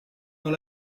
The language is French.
dans